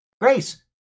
Grace